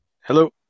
Hello